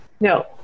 no